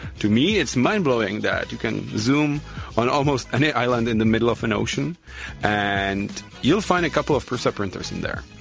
to me, it's mind-blowing that you can zoom on almost any island in the middle of an ocean and you'll find a couple of prusa printers in there.